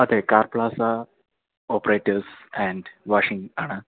അതെ car plaza operators and washing ആണ്